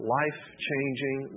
life-changing